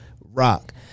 rock